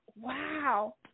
wow